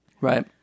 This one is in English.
Right